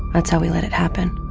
that's how we let it happen.